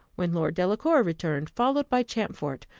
when lord delacour returned, followed by champfort,